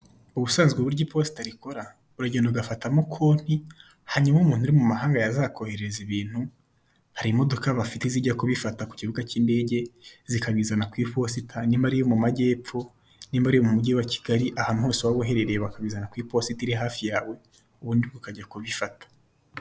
Ubusanzwe uburyo iposita rikora, uragenda ugafatamo konti, hanyuma umuntu uri mu mahanga yazakohereza ibintu hari imodoka bafite zijya kubifata ku kibuga cy'indege zikabizana ku iposita, hanyuma niba uri mu magepfo, nimba uri mu mugi wa Kigali, ahantu hose waba uherereye bakabizana ku iposita iri hafi yawe ubundi ukajya kubifata.